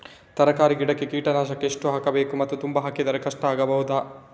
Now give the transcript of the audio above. ತರಕಾರಿ ಗಿಡಕ್ಕೆ ಕೀಟನಾಶಕ ಎಷ್ಟು ಹಾಕ್ಬೋದು ಮತ್ತು ತುಂಬಾ ಹಾಕಿದ್ರೆ ಕಷ್ಟ ಆಗಬಹುದ?